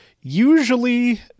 usually